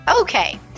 Okay